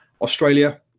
Australia